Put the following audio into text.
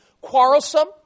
quarrelsome